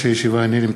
מאות האלפים,